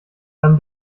einem